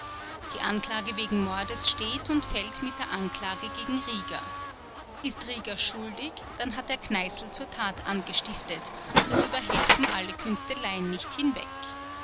die anklage wegen mordes steht und fällt mit der anklage gegen rieger ist rieger schuldig dann hat er kneißl zur tat angestiftet darüber helfen alle künsteleien nicht hinweg